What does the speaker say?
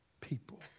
people